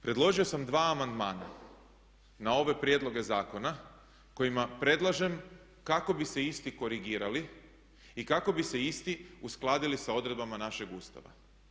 Predložio sam dva amandmana na ove prijedloge zakona kojima predlažem kako bi se isti korigirali i kako bi se isti uskladili sa odredbama našeg Ustava.